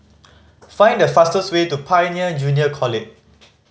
find the fastest way to Pioneer Junior College